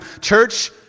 Church